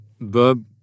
Bob